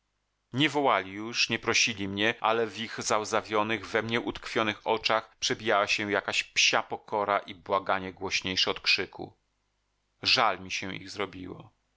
wołali już nie prosili mnie ale w ich załzawionych we mnie utkwionych oczach przebijała się jakaś psia pokora i błaganie głośniejsze od krzyku żal mi się ich zrobiło